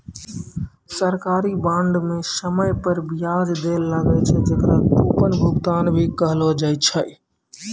सरकारी बांड म समय पर बियाज दैल लागै छै, जेकरा कूपन भुगतान भी कहलो जाय छै